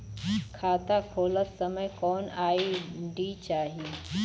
खाता खोलत समय कौन आई.डी चाही?